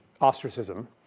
ostracism